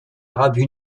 arabes